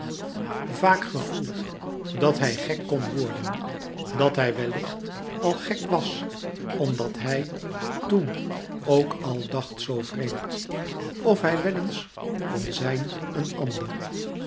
vaak gevoeld dat hij gek kon worden dat hij wellicht al gek was omdat hij toen ook al dacht zoo vreemd of hij wel eens kon zijn een ander